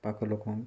ପାଖ ଲୋକମାନଙ୍କୁ